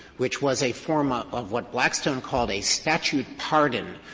which was a form ah of what blackstone called a statute pardon,